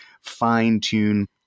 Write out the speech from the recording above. fine-tune